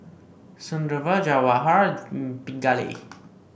Sunderlal Jawaharlal Pingali